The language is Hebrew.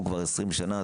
הוא כבר עשרים שנה,